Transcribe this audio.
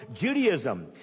Judaism